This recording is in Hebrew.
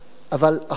אבל עכשיו